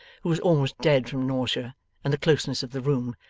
who was almost dead from nausea and the closeness of the room.